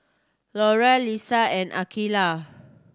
Loraine Lesa and Akeelah